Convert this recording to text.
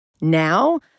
Now